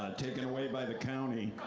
taken away by the county.